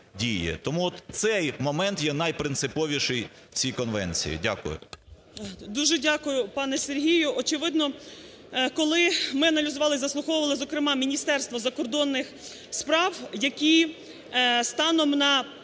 Тому от цей момент є найпринциповіший в цій конвенції. Дякую. 11:14:09 ГОПКО Г.М. Дуже дякую, пане Сергію. Очевидно, коли ми аналізували і заслуховували, зокрема Міністерство закордонних справ, які станом на